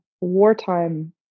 wartime